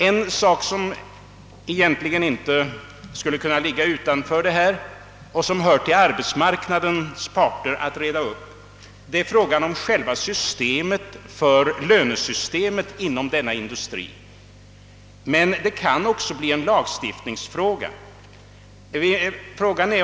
En sak som egentligen också tillhör denna diskussion och som arbetsmarknadens parter bör reda upp är själva lönesystemet inom sprängämnesindustrin. Det kan bli nödvändigt med en lagstiftning härvidlag.